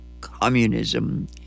communism